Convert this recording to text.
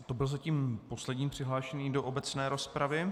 To byla zatím poslední přihláška do obecné rozpravy.